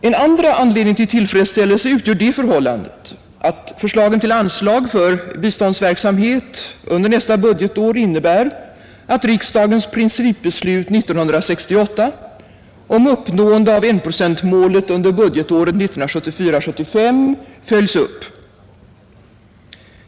En andra anledning till tillfredsställelse utgör det förhållandet att förslagen till anslag för biståndsverksamhet under nästa budgetår innebär att riksdagens principbeslut 1968 om uppnående av enprocentsmålet under budgetåret 1974/75 följs upp.